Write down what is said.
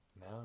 No